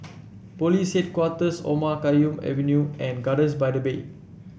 Police Headquarters Omar Khayyam Avenue and Gardens by the Bay